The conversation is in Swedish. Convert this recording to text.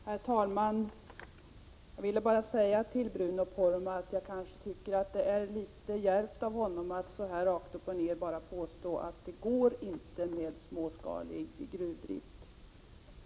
Herr talman! Till Bruno Poromaa vill jag bara säga att jag tycker det är litet djärvt av honom att så här rakt upp och ner påstå att det inte går att ha en småskalig gruvdrift.